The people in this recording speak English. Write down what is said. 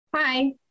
Hi